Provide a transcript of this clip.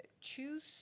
choose